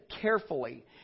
carefully